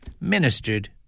ministered